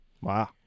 Wow